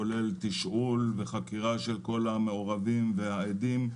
כולל תשאול וחקירה של כל המעורבים והעדים,